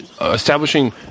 Establishing